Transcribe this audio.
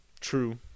True